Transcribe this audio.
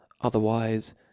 Otherwise